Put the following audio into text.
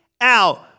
out